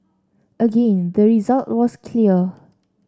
again the result was clear